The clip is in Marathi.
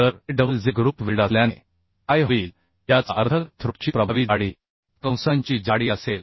तर ते डबल j ग्रुप वेल्ड असल्याने काय होईल याचा अर्थ थ्रोट ची प्रभावी जाडी ही कंसांची जाडी असेल